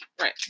right